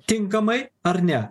tinkamai ar ne